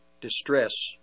distress